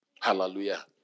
Hallelujah